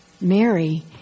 Mary